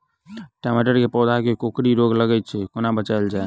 टमाटर केँ पौधा केँ कोकरी रोग लागै सऽ कोना बचाएल जाएँ?